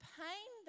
pain